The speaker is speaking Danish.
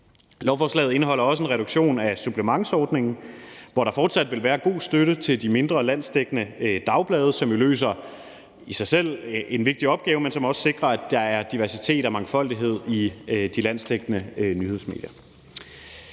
Lovforslaget indeholder også en reduktion af supplementsordningen, hvor der fortsat vil være god støtte til de små landsdækkende dagblade, som jo i sig selv løser en vigtig opgave, men som også sikrer, at der er diversitet og mangfoldighed i de landsdækkende nyhedsmedier.